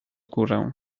górę